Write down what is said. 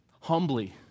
Humbly